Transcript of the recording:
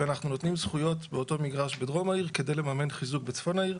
ואנחנו נותנים זכויות באותו מגרש בדרום העיר כדי לממן חיזוק בצפון העיר.